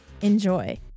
Enjoy